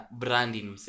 branding